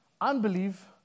Unbelief